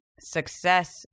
success